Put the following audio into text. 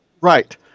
Right